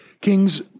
Kings